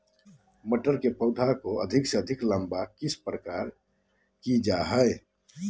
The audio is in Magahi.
मटर के पौधा को अधिक से अधिक लंबा किस प्रकार कारण जाला?